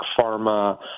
pharma